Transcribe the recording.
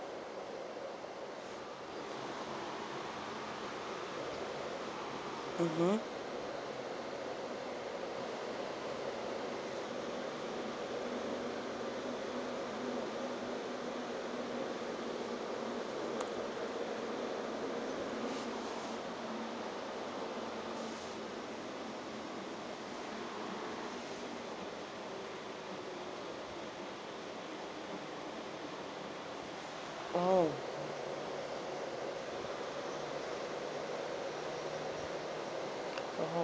mmhmm !wow! oh